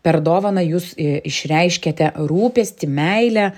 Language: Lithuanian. per dovaną jūs išreiškiate rūpestį meilę